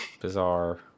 Bizarre